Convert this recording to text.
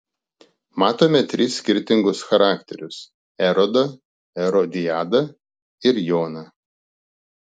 matome tris skirtingus charakterius erodą erodiadą ir joną